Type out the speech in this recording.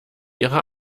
ihre